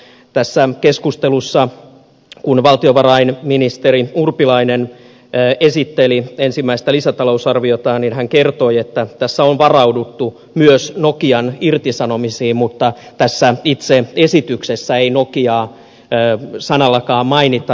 tässä keskustelussa kun valtiovarainministeri urpilainen esitteli ensimmäistä lisätalousarviotaan hän kertoi että tässä on varauduttu myös nokian irtisanomisiin mutta tässä itse esityksessä ei nokiaa sanallakaan mainita